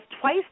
twice